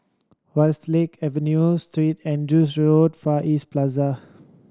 Westlake Avenue Street Andrew's Road Far East Plaza